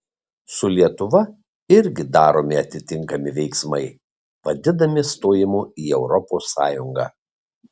su lietuva irgi daromi atitinkami veiksmai vadinami stojimu į europos sąjungą